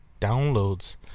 downloads